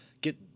get